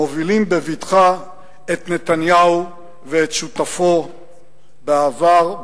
מובילים בבטחה את נתניהו ואת שותפו בעבר,